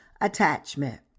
attachment